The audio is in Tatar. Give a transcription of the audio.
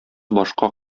башка